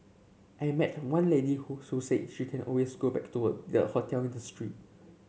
I met one lady who so said she can always go back to a their hotel industry